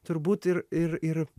turbūt ir ir ir